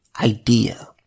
idea